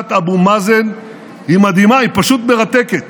ללשכת אבו מאזן היא מדהימה, היא פשוט מרתקת.